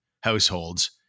households